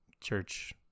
church